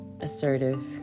assertive